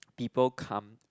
people come